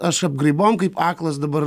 aš apgraibom kaip aklas dabar